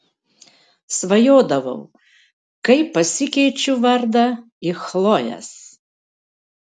svajodavau kaip pasikeičiu vardą į chlojės